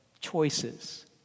Choices